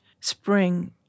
spring